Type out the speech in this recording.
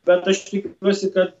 bet aš tikiuosi kad